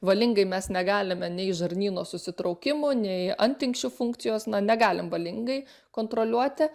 valingai mes negalime nei žarnyno susitraukimų nei antinksčių funkcijos na negalim valingai kontroliuoti